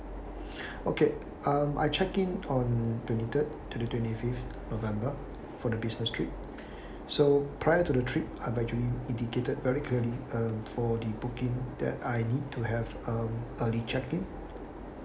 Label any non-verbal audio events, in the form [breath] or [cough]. [breath] okay um I check in on twenty third twenty twenty fifth november for the business trip so prior to the trip I've actually indicated very clearly uh for the booking that I need to have um early check in